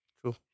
True